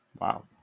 Wow